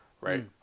right